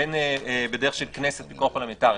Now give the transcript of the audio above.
בין בדרך פרלמנטרית.